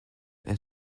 elle